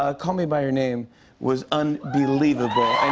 ah call me by your name was unbelievable. and